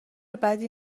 بدی